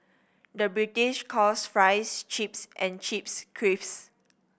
the British calls fries chips and chips